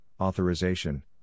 authorization